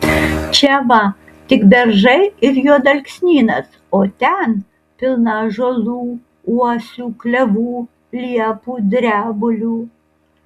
čia va tik beržai ir juodalksnynas o ten pilna ąžuolų uosių klevų liepų drebulių